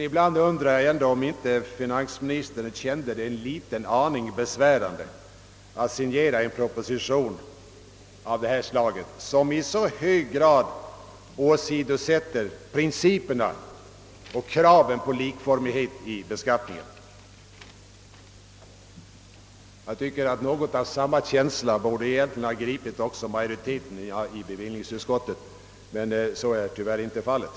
Ibland undrar jag likväl om inte finansministern kände det en aning besvärande att signera en proposition av detta slag, som i så hög grad åsidosätter kraven på likformighet och rättvisa vid beskattningen. Något av samma känsla borde egentligen ha gripit majoriteten i bevillningsutskottet, men så är tyvärr inte fallet.